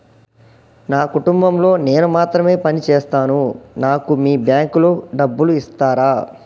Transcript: నా కుటుంబం లో నేను మాత్రమే పని చేస్తాను నాకు మీ బ్యాంకు లో డబ్బులు ఇస్తరా?